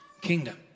kingdom